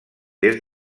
des